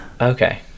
Okay